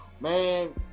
man